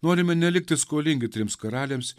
norime nelikti skolingi trims karaliams